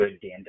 good